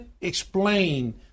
explain